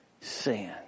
sin